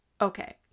Okay